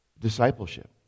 discipleship